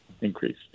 increase